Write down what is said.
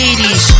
80s